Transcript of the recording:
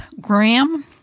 Graham